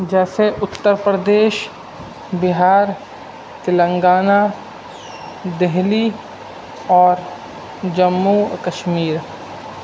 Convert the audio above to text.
جیسے اتر پردیش بہار تلنگانہ دہلی اور جموں کشمیر